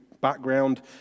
background